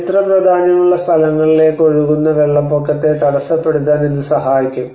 ചരിത്രപ്രാധാന്യമുള്ള സ്ഥലങ്ങളിലേക്ക് ഒഴുകുന്ന വെള്ളപ്പൊക്കത്തെ തടസ്സപ്പെടുത്താൻ ഇത് സഹായിക്കും